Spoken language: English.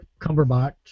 Cumberbatch